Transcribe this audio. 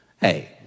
hey